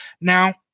Now